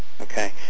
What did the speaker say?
okay